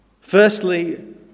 Firstly